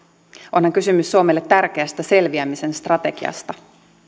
onhan kysymys suomelle tärkeästä selviämisen strategiasta